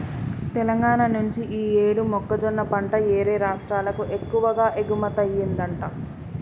తెలంగాణా నుంచి యీ యేడు మొక్కజొన్న పంట యేరే రాష్టాలకు ఎక్కువగా ఎగుమతయ్యిందంట